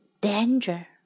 Danger